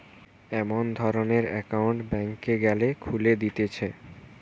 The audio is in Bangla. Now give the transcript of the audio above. এমন ধরণের একউন্ট ব্যাংকে গ্যালে খুলে দিতেছে